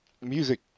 music